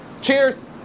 Cheers